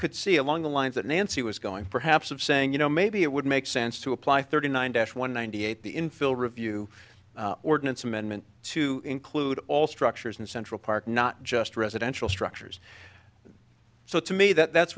could see along the lines that nancy was going perhaps of saying you know maybe it would make sense to apply thirty nine dash one ninety eight the infill review ordinance amendment to include all structures in central park not just residential structures so to me that